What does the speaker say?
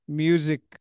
music